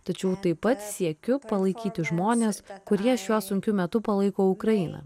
tačiau taip pat siekiu palaikyti žmones kurie šiuo sunkiu metu palaiko ukrainą